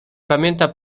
pamięta